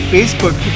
Facebook